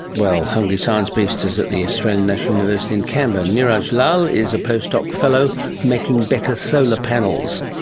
well, hungry science beast is at the australian national university in canberra. niraj lal is a post-doc fellow making better solar panels.